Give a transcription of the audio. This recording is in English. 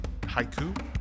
haiku